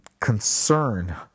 concern